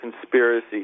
conspiracy